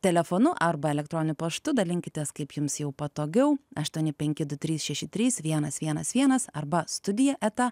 telefonu arba elektroniniu paštu dalinkitės kaip jums jau patogiau aštuoni penki du trys šeši trys vienas vienas vienas arba studija eta